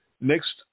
next